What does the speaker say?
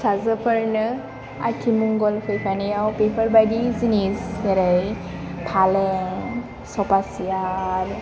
फिसाजोफोरनो आथिमंगल फैफानायाव बेफोबायदि जिनिस जेरै फालें सफा चियार